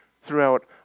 throughout